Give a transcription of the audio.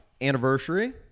Anniversary